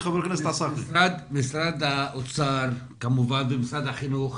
משרד האוצר וכמובן משרד החינוך,